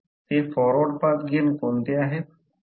ते forward path कोणते आहेत